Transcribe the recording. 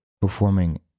performing